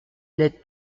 lès